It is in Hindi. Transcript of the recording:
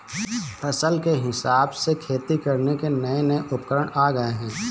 फसल के हिसाब से खेती करने के नये नये उपकरण आ गये है